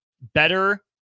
better